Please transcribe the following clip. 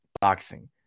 boxing